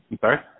sorry